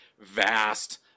vast